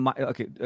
Okay